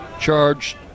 charged